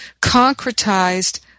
concretized